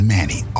Manny